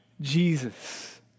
Jesus